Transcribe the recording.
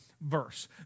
verse